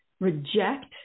reject